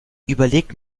überlegt